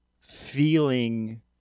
feeling